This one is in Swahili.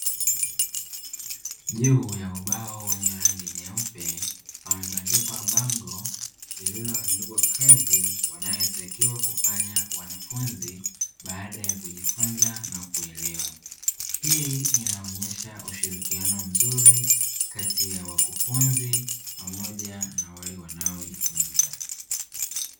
Juu ya ubao wenye rangi nyeupe pamebandikwa bango lililoandikwa kazi wanayotakiwa kufanya wanafunzi baada ya kujifunza na kuelewa. Hii inaonyesha ushirikiano mzuri kati ya wakufunzi pamoja na wale wanaojifunza.